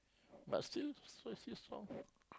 but still still strong